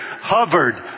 hovered